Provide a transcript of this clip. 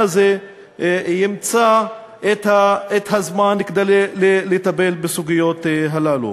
הזה ימצא את הזמן לטפל בסוגיות האלה.